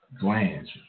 glands